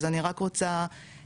אז אני רק רוצה לדייק.